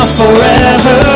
forever